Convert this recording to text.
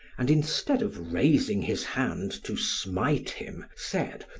and instead of raising his hand to smite him, said,